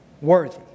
worthy